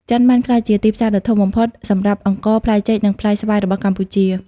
ចិនបានក្លាយជាទីផ្សារដ៏ធំបំផុតសម្រាប់អង្ករ ផ្លែចេក និងផ្លែស្វាយរបស់កម្ពុជា។